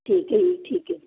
ਠੀਕ ਹੈ ਠੀਕ ਹੈ ਜੀ